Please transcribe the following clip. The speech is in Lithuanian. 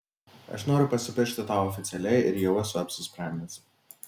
aš noriu pasipiršti tau oficialiai ir jau esu apsisprendęs